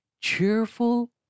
cheerful